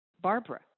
Barbara